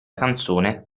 canzone